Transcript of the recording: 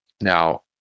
Now